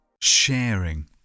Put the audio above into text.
Sharing